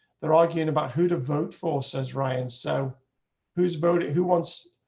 they're arguing about who to vote for, says, ryan. so who's voted. who wants.